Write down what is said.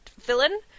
villain